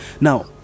Now